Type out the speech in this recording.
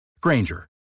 Granger